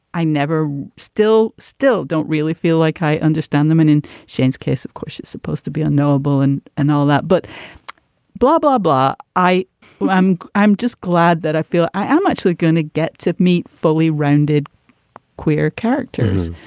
i never. still still don't really feel like i understand them. and in shane's case, of course, it's supposed to be unknowable and and all that. but blah, blah, blah i i'm i'm just glad that i feel i am actually going to get to meet fully rounded queer characters.